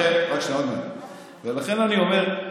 לכן אני אומר,